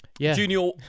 Junior